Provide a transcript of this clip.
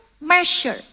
measure